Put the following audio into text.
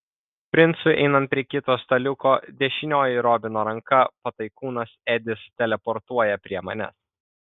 princui einant prie kito staliuko dešinioji robino ranka pataikūnas edis teleportuoja prie manęs